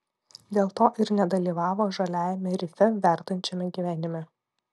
dėl to ir nedalyvavo žaliajame rife verdančiame gyvenime